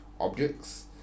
objects